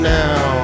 now